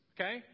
Okay